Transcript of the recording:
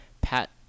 Pat